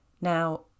Now